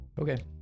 Okay